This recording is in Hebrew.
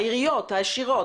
העיריות העשירות,